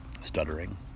stuttering